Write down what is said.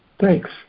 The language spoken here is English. Thanks